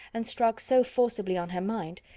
and struck so forcibly on her mind,